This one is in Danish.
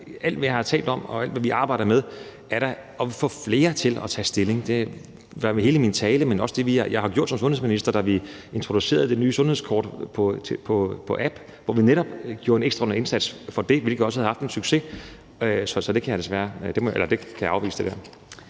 Alt, hvad jeg har talt om, og alt, hvad vi arbejder med, vedrører da at få flere til at tage stilling. Det lå i hele min tale, men også i det, jeg har gjort som sundhedsminister, da vi introducerede det nye sundhedskort på app og netop gjorde en ekstraordinær indsats for det, hvilket også havde en succes. Så det der kan jeg afvise. Kl.